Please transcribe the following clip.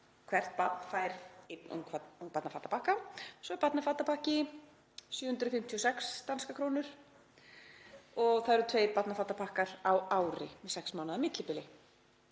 barn fær einn ungbarnafatapakka, svo barnafatapakki, 756 danskar krónur, og það eru tveir barnafatapakkar á ári með sex mánaða millibili.